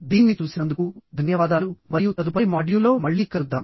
దీన్ని చూసినందుకు ధన్యవాదాలు మరియు తదుపరి మాడ్యూల్లో మళ్లీ కలుద్దాం